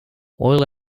oil